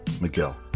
Miguel